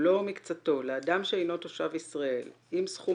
כולו או מקצתו לאדם שאינו תושב ישראל אם סכום